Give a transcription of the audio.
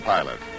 Pilot